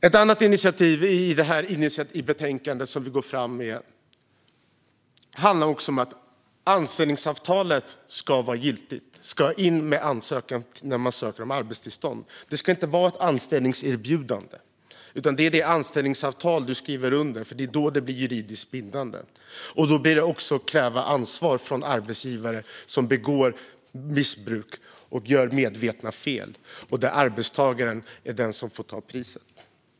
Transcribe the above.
Ett annat initiativ i detta initiativbetänkande som vi går fram med handlar om att du ska ha ett giltigt anställningsavtal när du ansöker om arbetstillstånd. Det ska inte vara ett anställningserbjudande, utan det ska vara det anställningsavtal som du skriver under, för det är då det blir juridiskt bindande. Då kan man också kräva ansvar från arbetsgivare som begår missbruk och gör medvetna fel och där arbetstagaren är den som får betala priset.